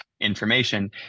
information